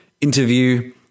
interview